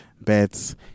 beds